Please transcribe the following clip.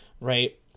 right